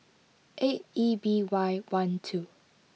eight E B Y one two